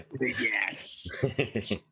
Yes